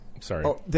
Sorry